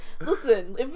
listen